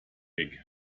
weg